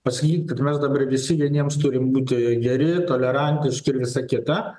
pasakyti kad mes dabar visi vieniems turime būti geri tolerantiški ir visa kita